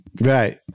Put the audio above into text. Right